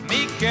Meek